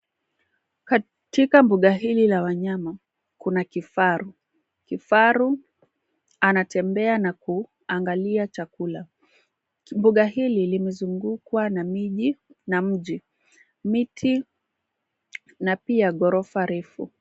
Katika mbuga hili la wanyama kuna kifaru, kifaru anatembea na kuangalia chakula. Mbuga hili limezungukwa na mji, mitu na pia ghorofa refu.